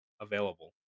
available